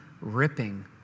ripping